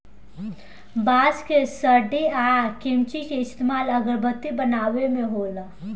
बांस के सठी आ किमची के इस्तमाल अगरबत्ती बनावे मे होला